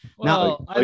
Now